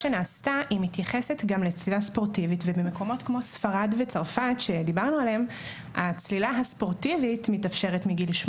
להיצמד למה שנהוג בצרפת ובספרד ולהתיר גם צלילה ספורטיבית מגילאי